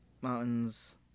Mountains